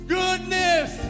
goodness